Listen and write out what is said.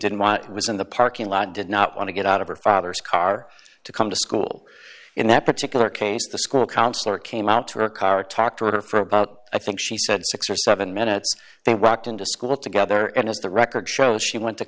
was in the parking lot did not want to get out of her father's car to come to school in that particular case the school counselor came out to her car talked to her for about i think she said six or seven minutes they walked into school together and as the record shows she went to